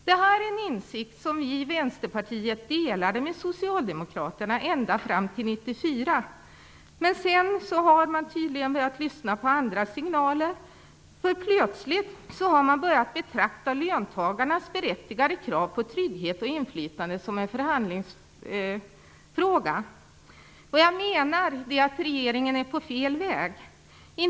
Det här är en insikt som vi i Vänsterpartiet delade med Socialdemokraterna ända fram till 1994, men sedan har man tydligen börjat lyssna på andra signaler, för plötsligt har man börjat betrakta löntagarnas berättigade krav på trygghet och inflytande som en förhandlingsfråga. Vad jag menar är att regeringen är på fel väg.